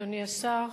אדוני השר,